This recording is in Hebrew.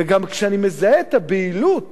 וגם כשאני מזהה את הבהילות